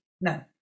no